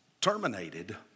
terminated